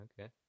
Okay